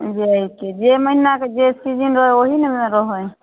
जाहि महिनाके जे सीजन रहै वएह ने रहै